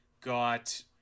got